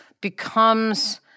becomes